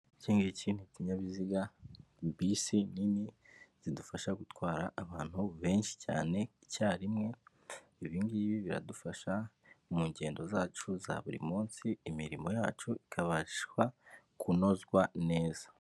Iki ngiki ni ikinyabiziga, bisi nini zidufasha gutwara abantu benshi cyane icyarimwe, ibi ngibi biradufasha mu ngendo zacu za buri munsi, imirimo yacu ikabasha kunozwa neza.